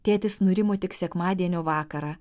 tėtis nurimo tik sekmadienio vakarą